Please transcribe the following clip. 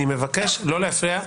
אני מבקש לא להפריע.